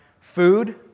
Food